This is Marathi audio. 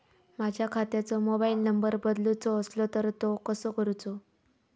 माझ्या खात्याचो मोबाईल नंबर बदलुचो असलो तर तो कसो करूचो?